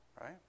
Right